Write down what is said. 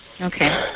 Okay